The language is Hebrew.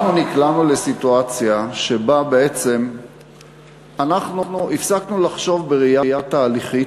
נקלענו לסיטואציה שבה בעצם הפסקנו לחשוב בראייה תהליכית.